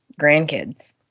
grandkids